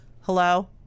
Hello